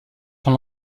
son